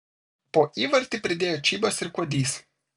po įvartį pridėjo čybas ir kuodys